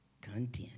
content